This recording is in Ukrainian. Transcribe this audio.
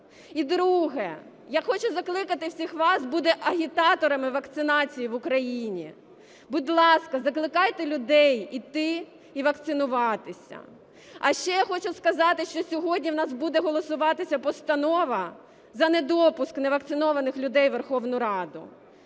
І друге. Я хочу закликати всіх вас бути агітаторами вакцинації в Україні. Будь ласка, закликайте людей іти і вакцинуватися. А ще я хочу сказати, що сьогодні в нас буде голосуватися постанова про недопуск невакцинованих людей у Верховну Раду.